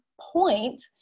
point